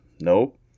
nope